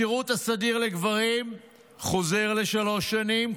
השירות הסדיר לגברים חוזר לשלוש שנים,